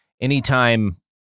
anytime